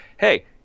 hey